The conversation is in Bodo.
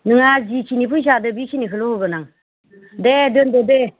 नोङा जिखिनि फैसा होदों बेखिनिखौल' होगोन आं दे दोनदो दे